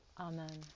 Amen